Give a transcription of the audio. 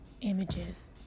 images